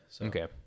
Okay